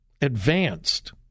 Advanced